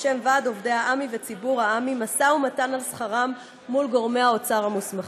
בשם עובדי עמ"י וציבור עמ"י משא ומתן על שכרם עם גורמי האוצר המוסמכים.